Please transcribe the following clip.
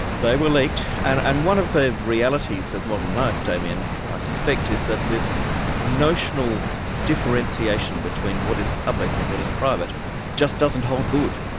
they were leaked. and one of the realities of modern life, damien, i suspect is that this notional differentiation between what is public and what is private just doesn't hold good,